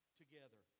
together